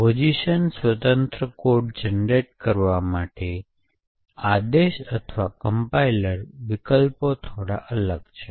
position સ્વતંત્ર code generate કરવા માટે આદેશ અથવા કમ્પાઈલર વિકલ્પો થોડો અલગ છે